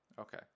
okay